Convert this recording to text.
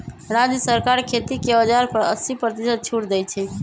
राज्य सरकार खेती के औजार पर अस्सी परतिशत छुट देई छई